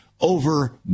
over